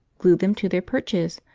glue them to their perches,